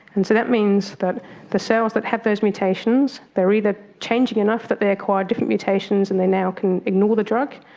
and so that means that the cells that have those mutations, they're either changing enough that they acquire different mutations and they now can ignore the drug,